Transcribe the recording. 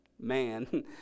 man